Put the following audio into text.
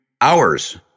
hours